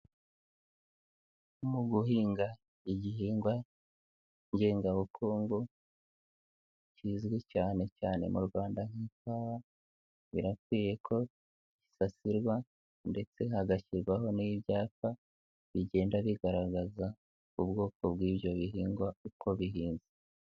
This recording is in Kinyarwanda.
Mu guhinga igihingwa ngengabukungu kizwi cyane cyane mu Rwanda nk'ikawa birakwiye ko gisasirwa ndetse hagashyirwaho n'ibyapa bigenda bigaragaza ubwoko bw'ibyo bihingwa uko bihingwa.